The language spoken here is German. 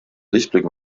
lichtblick